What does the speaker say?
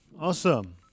Awesome